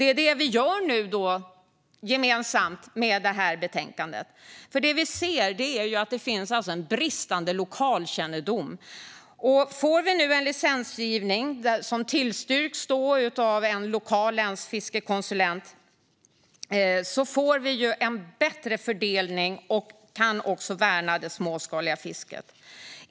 Det är det vi nu gemensamt gör med detta betänkande. Vi ser att det finns en bristande lokalkännedom. Får vi en licensgivning med tillstyrkan från en lokal länsfiskekonsulent får vi en bättre fördelning och kan också värna det småskaliga fisket.